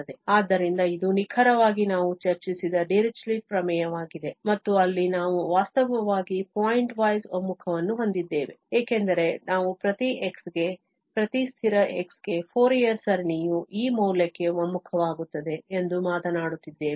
ಆದ್ದರಿಂದ ಇದು ನಿಖರವಾಗಿ ನಾವು ಚರ್ಚಿಸಿದ ಡಿರಿಚ್ಲೆಟ್ ಪ್ರಮೇಯವಾಗಿದೆ ಮತ್ತು ಅಲ್ಲಿ ನಾವು ವಾಸ್ತವವಾಗಿ ಪಾಯಿಂಟ್ವೈಸ್ ಒಮ್ಮುಖವನ್ನು ಹೊಂದಿದ್ದೇವೆ ಏಕೆಂದರೆ ನಾವು ಪ್ರತಿ x ಗೆ ಪ್ರತಿ ಸ್ಥಿರ x ಗೆ ಫೋರಿಯರ್ ಸರಣಿಯು ಈ ಮೌಲ್ಯಕ್ಕೆ ಒಮ್ಮುಖವಾಗುತ್ತದೆ ಎಂದು ಮಾತನಾಡುತ್ತಿದ್ದೇವೆ